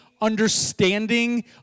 understanding